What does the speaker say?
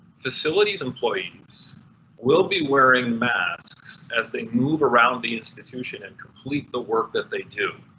facilities employees will be wearing masks as they move around the institution and complete the work that they do.